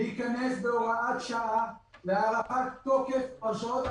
להיכנס בהוראת שעה להארכת תוקף הרשאות החציבה.